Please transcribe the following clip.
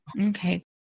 Okay